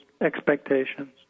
expectations